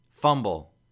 fumble